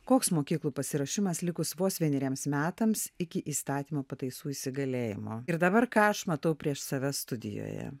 koks mokyklų pasiruošimas likus vos vieneriems metams iki įstatymo pataisų įsigalėjimo ir dabar ką aš matau prieš save studijoje